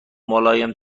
ملایم